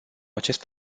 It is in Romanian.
acest